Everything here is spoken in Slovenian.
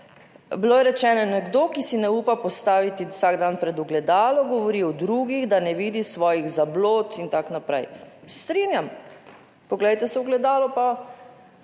bilo je rečeno, nekdo, ki si ne upa postaviti vsak dan pred ogledalo, govori o drugih, da ne vidi svojih zablod in tako naprej. Se strinjam, poglejte se ogledalo, pa